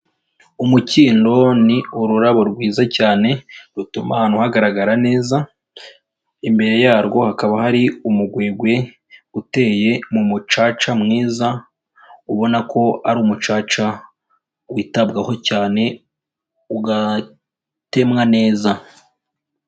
Umukindo ni ururabo rwiza cyane, rutuma ahantu hagaragarara neza, imbere yarwo hakaba hari umugwegwe uteye mu mucaca mwiza, ubona ko ari umucaca witabwaho cyane, ugatemwa neza.